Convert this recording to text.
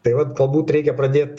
tai vat galbūt reikia pradėt